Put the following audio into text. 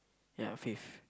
yeah fifth